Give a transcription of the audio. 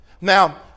Now